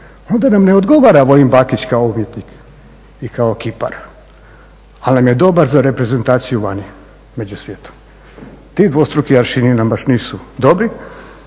onda nam ne odgovara Vojin Bakić kao umjetnik i kao kipar. Ali nam je dobar za reprezentaciju vani među svijetom. Ti dvostruki aršini nam baš nisu dobri